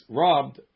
robbed